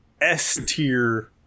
S-tier